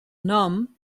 nom